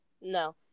No